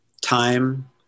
time